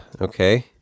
okay